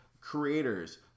creators